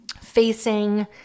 facing